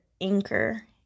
anchor